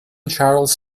charles